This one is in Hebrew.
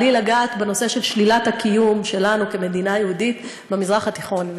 בלי לגעת בנושא של שלילת הקיום שלנו כמדינה יהודית במזרח התיכון.